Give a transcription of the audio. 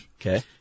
Okay